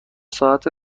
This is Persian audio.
ساعت